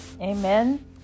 Amen